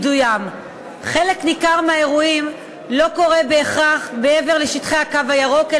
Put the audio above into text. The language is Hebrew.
חלק ניכר מהאירועים לא קורה בהכרח מעבר לשטחי הקו הירוק,